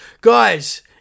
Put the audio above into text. Guys